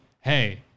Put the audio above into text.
hey